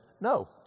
no